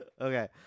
Okay